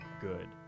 good